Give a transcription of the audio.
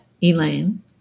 Elaine